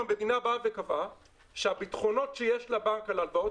המדינה קבעה שהביטחונות שיש לבנק על ההלוואות